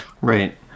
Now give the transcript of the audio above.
right